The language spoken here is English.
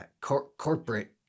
corporate